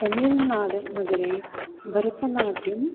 तमिळ्नाडु नगरे भरतनाट्यम्